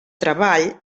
treball